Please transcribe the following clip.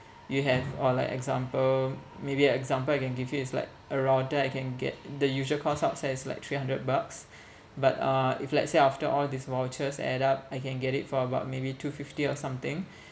you have or like example maybe a example I can give you is like a router I can get the usual cost outside is like three hundred bucks but uh if let's say after all these vouchers add up I can get it for about maybe two fifty or something